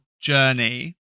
journey